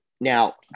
now